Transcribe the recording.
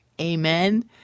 Amen